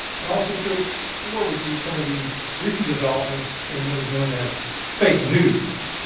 and also to explore with you some of the recent developments in what is known as fake news.